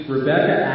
Rebecca